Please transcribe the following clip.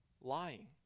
Lying